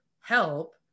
help